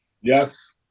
Yes